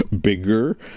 Bigger